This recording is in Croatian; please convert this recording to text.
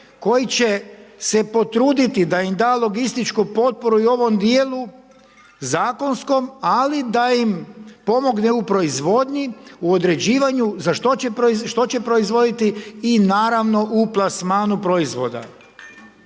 koji će se potruditi da im da logističku potporu i u ovom dijelu zakonskom, ali da im pomogne u proizvodnji u određivanju za što će, što će proizvoditi i naravno u plasmanu proizvoda.